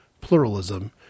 pluralism